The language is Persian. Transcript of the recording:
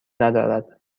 ندارد